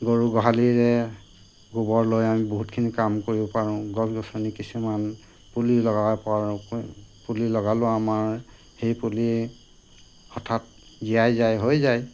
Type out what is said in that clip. গৰু গোহালিৰে গোবৰ লৈ আমি বহুতখিনি কাম কৰিব পাৰোঁ গছ গছনি কিছুমান পুলি লগাব পাৰোঁ পুলি লগালেও আমাৰ সেই পুলি হঠাৎ জীয়াই যায় হৈ যায়